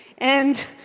and